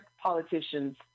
politicians